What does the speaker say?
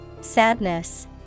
Sadness